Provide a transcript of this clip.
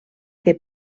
que